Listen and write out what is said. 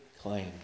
claim